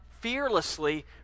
fearlessly